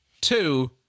two